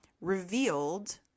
revealed –